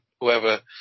whoever